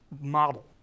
model